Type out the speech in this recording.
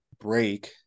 Break